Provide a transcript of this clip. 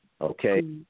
Okay